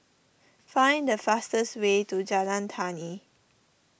find the fastest way to Jalan Tani